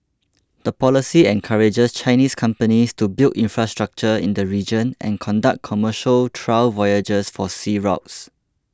the policy encourages Chinese companies to build infrastructure in the region and conduct commercial trial voyages for sea routes